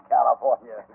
California